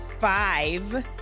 five